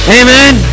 amen